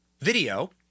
video